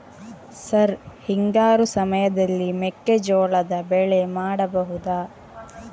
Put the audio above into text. Sir ಹಿಂಗಾರು ಸಮಯದಲ್ಲಿ ಮೆಕ್ಕೆಜೋಳದ ಬೆಳೆ ಮಾಡಬಹುದಾ?